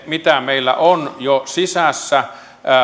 mitä meillä on jo sisässä